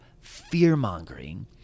fear-mongering